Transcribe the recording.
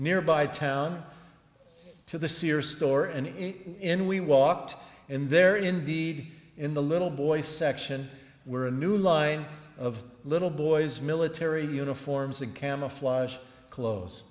nearby town to the sears store and in we walked in there indeed in the little boy section were a new line of little boys military uniforms and camouflage clothes